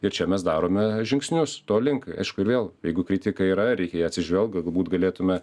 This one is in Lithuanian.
ir čia mes darome žingsnius to link aišku vėl jeigu kritika yra reikią į ją atsižvelgt galbūt galėtume